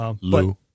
Lou